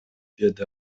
деди